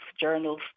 journals